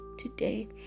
today